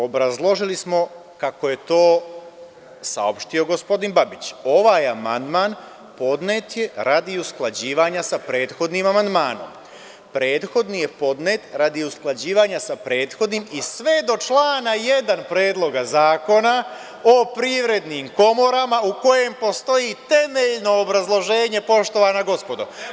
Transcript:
Obrazložili smo, kako je to saopštio gospodin Babić, ovaj amandman podnet je radi usklađivanja sa prethodnim amandmanom, prethodni je podnet radi usklađivanja sa prethodnim i sve do člana 1. Predloga zakona o privrednim komorama, u kojem postoji temeljno obrazloženje, poštovana gospodo.